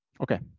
Okay